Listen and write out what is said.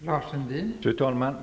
Fru talman!